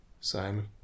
Simon